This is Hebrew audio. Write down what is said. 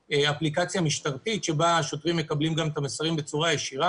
אי אפשר להיכנס לכל אירוע